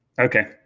Okay